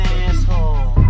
asshole